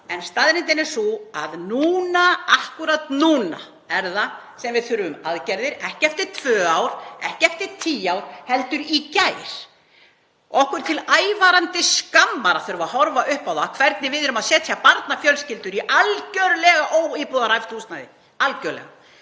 en staðreyndin er sú að núna, akkúrat núna, er það sem við þurfum aðgerðir — ekki eftir tvö ár, ekki eftir tíu ár heldur í gær. Það er okkur til ævarandi skammar að þurfa að horfa upp á það hvernig við erum að setja barnafjölskyldur í algerlega óíbúðarhæft húsnæði. Og ég